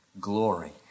glory